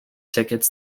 tickets